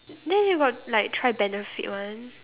then you got like try benefit one